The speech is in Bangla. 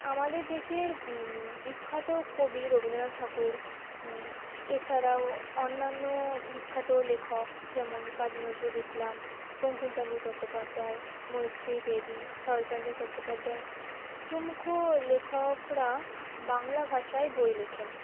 আমাদের দেশের বিখ্যাত কবি রবীন্দ্রনাথ ঠাকুর এছাড়াও অন্যান্য বিখ্যাত লেখক যেমন কাজী নজরুল ইসলাম বঙ্কিমচন্দ্র চট্টোপাধ্যায় মৈত্রেয়ী দেবী শরৎচন্দ্র চট্টোপাধ্যায় প্রমুখ লেখকরা বাংলা ভাষায় বই লেখেন